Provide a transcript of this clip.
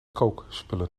kookspullen